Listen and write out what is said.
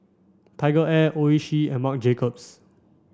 TigerAir Oishi and Marc Jacobs